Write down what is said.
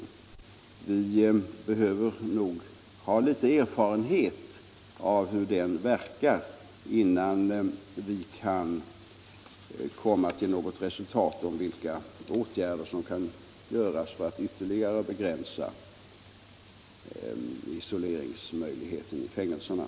Men vi behöver nu ha litet större erfarenhet av hur denna lag fungerar innan vi kan komma till något resultat om vilka åtgärder som kan vidtas för att ytterligare begränsa isoleringsmöjligheten i fängelserna.